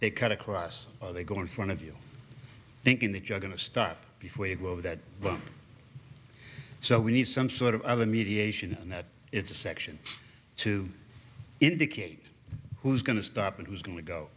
they cut across or they go in front of you thinking that you're going to stop before you go over that so we need some sort of other mediation and that it's a section to indicate who's going to stop and who's going to go